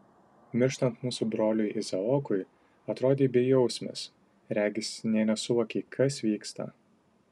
mirštant mūsų broliui izaokui atrodei bejausmis regis nė nesuvokei kas vyksta